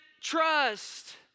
trust